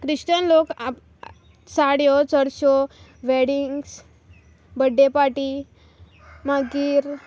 Kristen लोक साडयो चडश्यो वॅडिंग्स बड्डे पार्टी मागीर